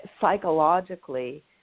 psychologically